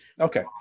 Okay